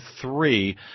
three